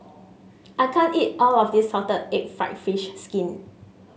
I can't eat all of this Salted Egg fried fish skin